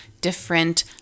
different